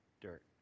dirt